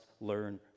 learn